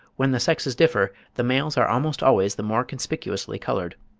when the sexes differ, the males are almost always the more conspicuously coloured.